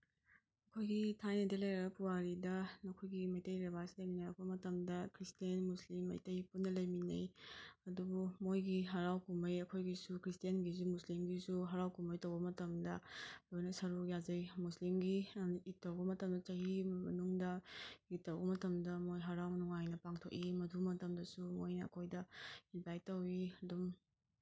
ꯑꯩꯈꯣꯏꯒꯤ ꯊꯥꯏꯅꯗꯩ ꯂꯩꯔꯛꯑ ꯄꯨꯋꯥꯔꯤꯗ ꯅꯈꯣꯏꯒꯤ ꯃꯩꯇꯩ ꯂꯩꯕꯥꯛꯁꯤꯗꯒꯤ ꯌꯦꯡꯔꯛꯄ ꯃꯇꯝꯗ ꯈ꯭ꯔꯤꯁꯇꯦꯟ ꯃꯨꯁꯂꯤꯝ ꯃꯩꯇꯩ ꯄꯨꯟꯅ ꯂꯩꯃꯤꯟꯅꯩ ꯑꯗꯨꯕꯨ ꯃꯣꯏꯒꯤ ꯍꯔꯥꯎ ꯀꯨꯝꯍꯩ ꯑꯩꯈꯣꯏꯒꯤꯁꯨ ꯈ꯭ꯔꯁꯇꯦꯟꯒꯤꯁꯨ ꯃꯨꯁꯂꯤꯝꯒꯤꯁꯨ ꯍꯔꯥꯎ ꯀꯨꯝꯍꯩ ꯇꯧꯕ ꯃꯇꯝꯗ ꯂꯣꯏꯅ ꯁꯔꯨꯛ ꯌꯥꯖꯩ ꯃꯨꯁꯂꯤꯝꯒꯤ ꯏꯠ ꯇꯧꯕ ꯃꯇꯝꯗ ꯆꯍꯤ ꯑꯃꯩ ꯃꯅꯨꯡꯗ ꯏꯠ ꯇꯧꯕ ꯃꯇꯝꯗ ꯃꯣꯏ ꯍꯔꯥꯎ ꯅꯨꯡꯉꯥꯏꯅ ꯄꯥꯡꯊꯣꯛꯏ ꯃꯗꯨ ꯃꯇꯝꯗꯁꯨ ꯃꯣꯏꯅ ꯑꯩꯈꯣꯏꯗ ꯏꯟꯚꯥꯏꯠ ꯇꯧꯋꯤ ꯑꯗꯨꯝ